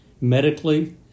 medically